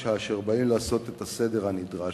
כאשר באים לעשות את הסדר הנדרש,